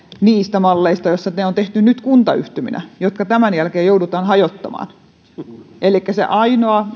niistä malleista joissa ne on tehty nyt kuntayhtyminä jotka tämän jälkeen joudutaan hajottamaan se ainoa